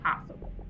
possible